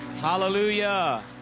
Hallelujah